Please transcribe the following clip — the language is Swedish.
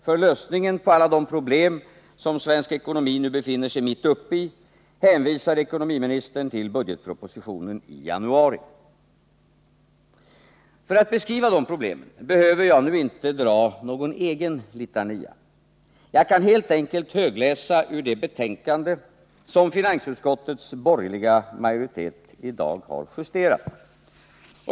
För lösningen på alla de problem som svensk ekonomi nu befinner sig mitt uppe i hänvisar ekonomiministern till budgetpropositionen i januari. För att beskriva de problemen behöver jag nu inte dra någon egen litania. Nr 38 Jag kan helt enkelt högläsa ur det betänkande som finansutskottets borgerliga Tisdagen den majoritet i dag har justerat.